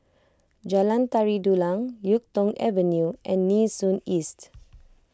Jalan Tari Dulang Yuk Tong Avenue and Nee Soon East